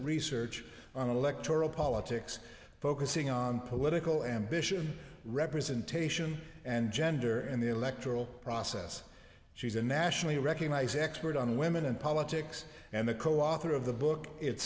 research on electoral politics focusing on political ambition representation and gender in the electoral process she's a nationally recognized expert on women and politics and the co author of the book it